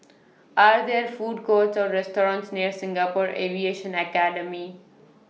Are There Food Courts Or restaurants near Singapore Aviation Academy